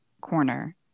corner